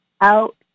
out